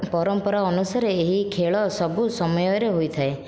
ପରମ୍ପରା ଅନୁସାରେ ଏହି ଖେଳ ସବୁ ସମୟରେ ହୋଇଥାଏ